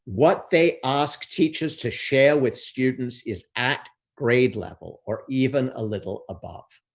what they ask teachers to share with students is at grade level or even a little above.